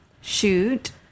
shoot